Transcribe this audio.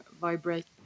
vibrate